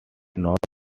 north